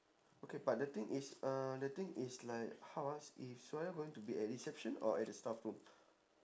okay but the thing is uh the thing is like how ah is suhaila going to be at reception or at the staff room